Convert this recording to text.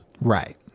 right